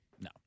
No